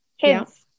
kids